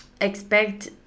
expect